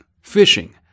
fishing